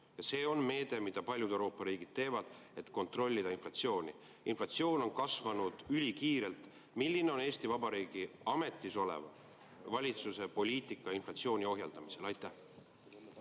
See on meede, mida paljud Euroopa riigid teevad, et kontrollida inflatsiooni. Inflatsioon on kasvanud ülikiirelt. Milline on ametis oleva Eesti Vabariigi valitsuse poliitika inflatsiooni ohjeldamisel? Aitäh!